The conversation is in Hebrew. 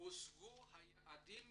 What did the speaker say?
הושגו היעדים